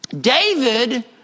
David